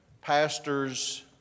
pastors